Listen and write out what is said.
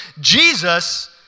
Jesus